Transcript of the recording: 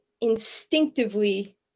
instinctively